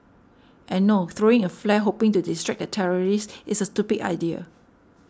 and no throwing a flare hoping to distract a terrorist is a stupid idea